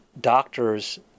doctors